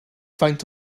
faint